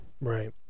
Right